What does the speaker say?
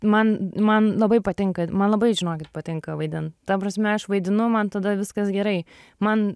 man man labai patinka man labai žinokit patinka vaidint ta prasme aš vaidinu man tada viskas gerai man